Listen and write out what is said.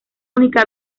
única